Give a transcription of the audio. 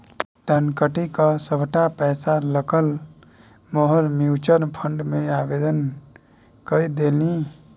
धनकट्टी क सभटा पैसा लकए मोहन म्यूचुअल फंड मे आवेदन कए देलनि